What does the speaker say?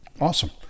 Awesome